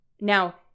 Now